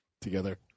together